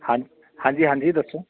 ਹਾਂ ਹਾਂਜੀ ਹਾਂਜੀ ਦੱਸੋ